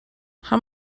how